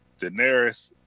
Daenerys